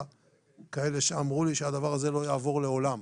כאלה שאמרו לי שהדבר הזה לא יעבור לעולם,